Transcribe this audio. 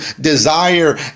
desire